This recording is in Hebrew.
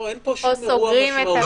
אין פה שום אירוע משמעותי.